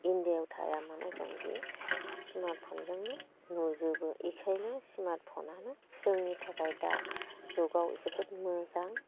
इन्डियाआव थाया मानो जों बे स्मार्टफ'नजोंनो नुजोबो ओँखायनो स्मार्टफनानो जोंनि थाखाय दा जुगाव जोबोद मोजां